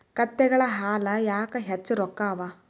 ಕತ್ತೆಗಳ ಹಾಲ ಯಾಕ ಹೆಚ್ಚ ರೊಕ್ಕ ಅವಾ?